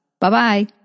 Bye-bye